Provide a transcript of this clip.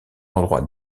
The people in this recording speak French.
l’endroit